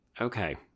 okay